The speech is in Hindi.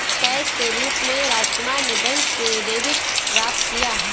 कैश के रूप में राजकुमार ने बैंक से डेबिट प्राप्त किया